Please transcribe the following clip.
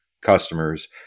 customers